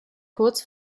kurz